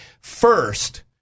first